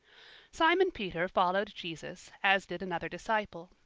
simon peter followed jesus, as did another disciple.